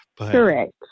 Correct